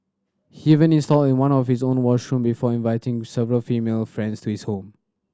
he even installed in one of his own washroom before inviting several female friends to his home